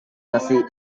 nasi